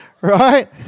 Right